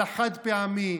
על החד-פעמי,